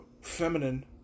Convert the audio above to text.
feminine